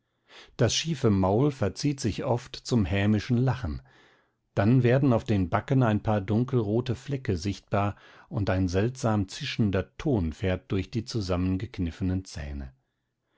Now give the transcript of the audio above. das schiefe maul verzieht sich oft zum hämischen lachen dann werden auf den backen ein paar dunkelrote flecke sichtbar und ein seltsam zischender ton fährt durch die zusammengekniffenen zähne